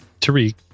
Tariq